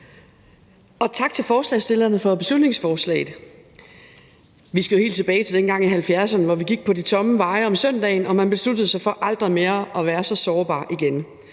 og tak til forslagsstillerne for beslutningsforslaget. Vi skal jo helt tilbage til dengang i 1970'erne, hvor vi gik på de tomme veje om søndagen og man besluttede sig for aldrig mere at være så sårbar igen.